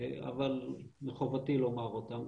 אבל מחובתי לומר אותם.